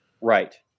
right